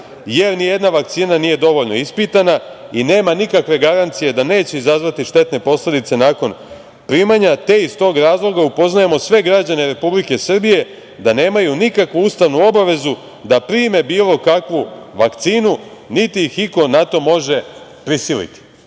jer nijedna vakcina nije dovoljno ispitana i nema nikakve garancije da neće izazvati štetne posledice nakon primanja, te iz tog razloga upoznajemo sve građane Republike Srbije da nemaju nikakvu ustavnu obavezu da prime bilo kakvu vakcinu, niti ih iko na to može prisiliti“.Dakle,